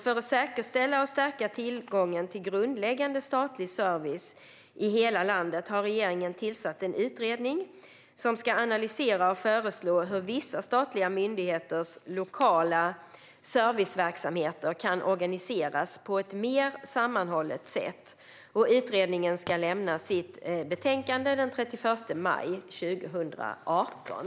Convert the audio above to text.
För att säkerställa och stärka tillgången till grundläggande statlig service i hela landet har regeringen tillsatt en utredning som ska analysera och föreslå hur vissa statliga myndigheters lokala serviceverksamheter kan organiseras på ett mer sammanhållet sätt. Utredningen ska lämna sitt betänkande den 31 maj 2018.